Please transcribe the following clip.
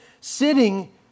sitting